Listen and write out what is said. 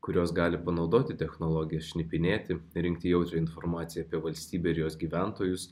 kurios gali panaudoti technologijas šnipinėti rinkti jautrią informaciją apie valstybę ir jos gyventojus